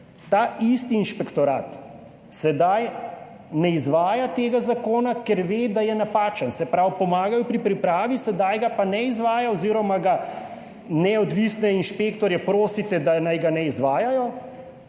ta isti inšpektorat sedaj ne izvaja tega zakona, ker ve, da je napačen, se pravi, pomagajo pri pripravi, sedaj ga pa ne izvajajo oziroma neodvisne inšpektorje prosite, naj ga ne izvajajo,